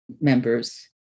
members